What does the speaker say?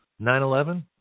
9-11